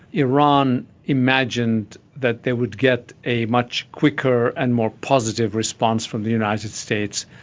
iran imagined that they would get a much quicker and more positive response from the united states.